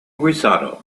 risotto